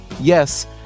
Yes